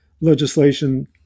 legislation